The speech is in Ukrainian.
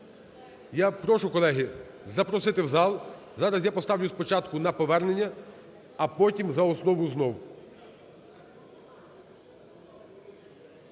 Я прошу, колеги, запросити в зал. Зараз я поставлю спочатку на повернення, а потім за основу знову.